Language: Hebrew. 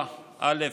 א.